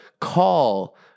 call